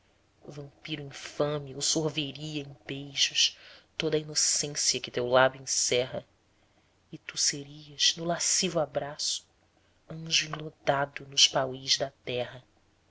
vampiro infame eu sorveria em beijos toda a inocência que teu lábio encerra e tu serias no lascivo abraço anjo enlodado nos país da terra